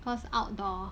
cause outdoor